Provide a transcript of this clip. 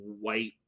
white